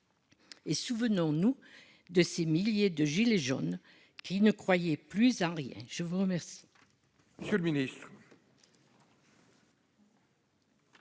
et souvenons-nous de ces milliers de gilets jaunes qui ne croyaient plus en rien ! La parole est à M. le ministre.